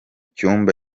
cyumba